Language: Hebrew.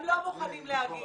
הם לא מוכנים לומר.